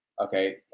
Okay